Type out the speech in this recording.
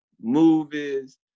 movies